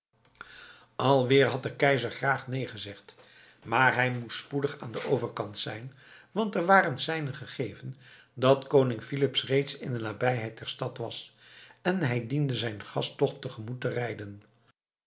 alweer had de keizer graag neen gezegd maar hij moest spoedig aan den overkant zijn want er werden seinen gegeven dat koning filips reeds in de nabijheid der stad was en hij diende zijn gast toch tegemoet te rijden